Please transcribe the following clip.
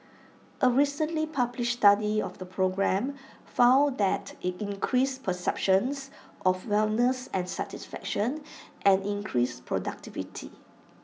A recently published study of the program found that IT increased perceptions of wellness and satisfaction and increased productivity